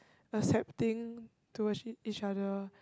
accepting towards each each other